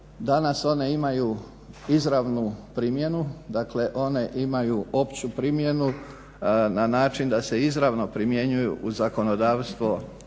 Danas one imaju izravnu primjenu dakle one imaju opću primjenu na način da se izravno primjenjuju u zakonodavstvo